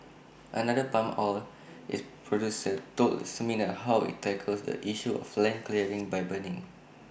another palm oil is producer told seminar how IT tackles the issue of land clearing by burning